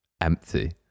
empty